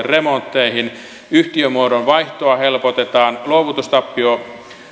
remontteihin yhtiömuodon vaihtoa helpotetaan luovutustappio